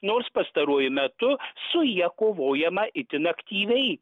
nors pastaruoju metu su ja kovojama itin aktyviai